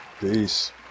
Peace